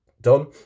done